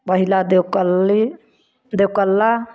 पहला देवकली देवकल्ला